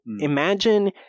imagine